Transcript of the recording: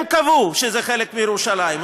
הם קבעו שזה חלק מירושלים.